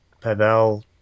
Pavel